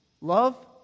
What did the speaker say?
love